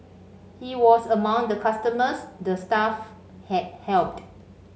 he was among the customers the staff had helped